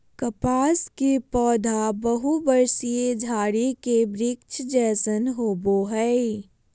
कपास के पौधा बहुवर्षीय झारी के वृक्ष जैसन होबो हइ